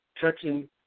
touching